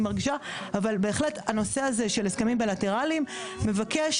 אבל בהחלט הנושא של ההסכמים הבילטרליים מבקש